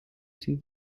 see